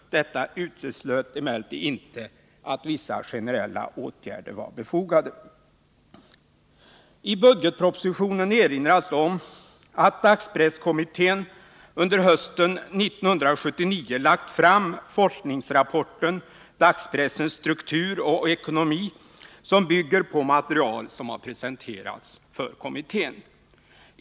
Detta uteslöt emellertid inte att vissa generella åtgärder var befogade. I budgetpropositionen erinras om att dagspresskommittén under hösten 1979 lagt fram forskningsrapporten Dagspressens struktur och ekonomi, som bygger på material som presenterats för kommittén.